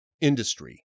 industry